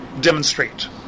demonstrate